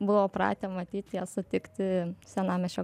buvo pratę matyt ją sutikti senamiesčio